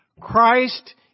Christ